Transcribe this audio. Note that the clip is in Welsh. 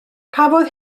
cafodd